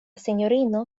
sinjorino